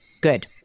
Good